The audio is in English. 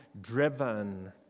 driven